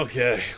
Okay